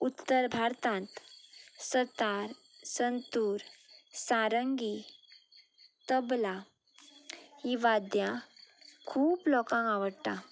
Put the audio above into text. उत्तर भारतांत सतार संतूर सारंगी तबला ही वाद्यां खूब लोकांक आवडटा